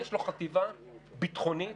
יש לו חטיבה ביטחונית